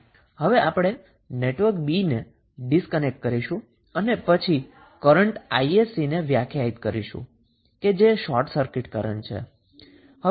હવે આપણે network B ને ડિસ્કનેક્ટ કરીશું અને પછી કરન્ટ 𝑖𝑠𝑐 ને વ્યાખ્યાયિત કરીશું કે જે શોર્ટ સર્કિટ કરન્ટ છે